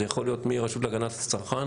זה יכול להיות מהרשות להגנת הצרכן,